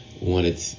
wanted